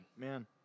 Man